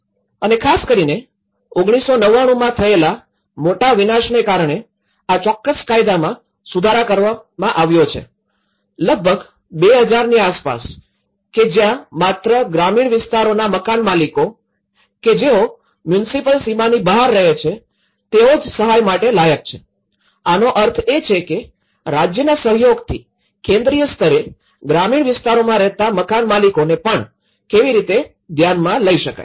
અને ખાસ કરીને ૧૯૯૯માં થયેલા મોટા વિનાશને કારણેઆ ચોક્કસ કાયદામાં સુધારો કરવામાં આવ્યો છે લગભગ ૨૦૦૦ની આસપાસ કે જ્યાં માત્ર ગ્રામીણ વિસ્તારોના મકાનમાલિકો કે જેઓ મ્યુનિસિપલ સીમાની બહાર રહે છે તેઓ જ સહાય માટે લાયક છે આનો અર્થ એ છે કે રાજ્યના સહયોગથી કેન્દ્રિય સ્તરે ગ્રામીણ વિસ્તારોમાં રહેતા મકાનમાલિકોને પણ કેવી રીતે ધ્યાનમાં લઇ શકાય